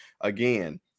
again